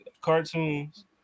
cartoons